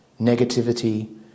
negativity